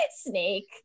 Snake